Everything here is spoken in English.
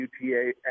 UTA